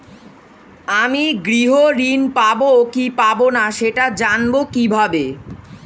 আমি গৃহ ঋণ পাবো কি পাবো না সেটা জানবো কিভাবে?